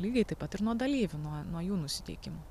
lygiai taip pat ir nuo dalyvių nuo nuo jų nusiteikimo